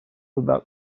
about